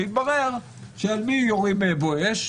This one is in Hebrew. שהתברר שעל מי יורים אש?